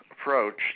approach